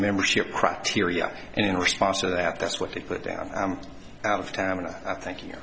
membership criteria and in response to that that's what they put down i'm out of time and i thank you